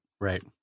right